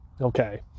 Okay